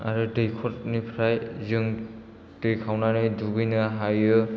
आरो दैखरनिफ्राय जों दै खावनानै दुगैनो हायो